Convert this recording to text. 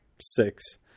six